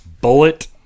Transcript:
Bullet